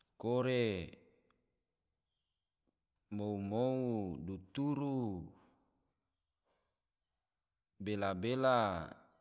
Kore, mou-mou, duturu, bela-bela